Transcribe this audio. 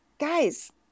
guys